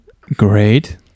Great